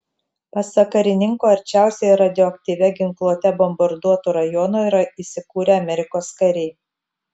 pasak karininko arčiausiai radioaktyvia ginkluote bombarduotų rajonų yra įsikūrę amerikos kariai